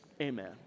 Amen